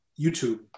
YouTube